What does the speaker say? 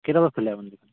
কেইটা বজাত খোলে আপুনি